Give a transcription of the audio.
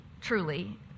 truly